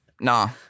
Nah